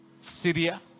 Syria